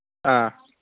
ꯑꯥ